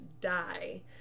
die